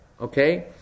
Okay